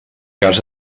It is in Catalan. cas